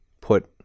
put